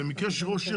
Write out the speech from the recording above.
במקרה שראש עיר